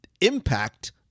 impact